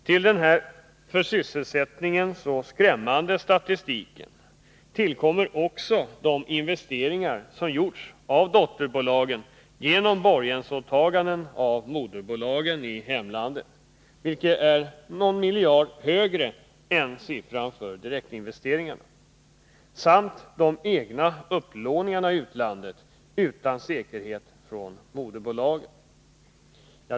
Till den här för sysselsättningen så skrämmande statistiken kommer också de investeringar som gjorts av dotterbolagen genom borgensåtaganden av moderbolagen i hemlandet — belopp vilka tillsammans är någon miljard högre än siffran för direktinvesteringar — samt de egna upplåningarna i utlandet utan säkerhet från moderbolagen.